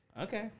Okay